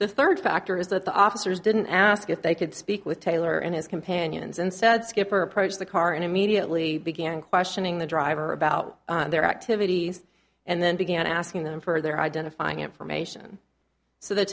the third factor is that the officers didn't ask if they could speak with taylor and his companions and said skipper approached the car and immediately began questioning the driver about their activities and then began asking them for their identifying information so th